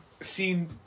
seen